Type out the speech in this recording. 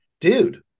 Dude